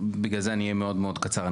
בגלל זה אני אהיה מאוד מאוד קצר.